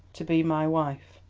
to be my wife.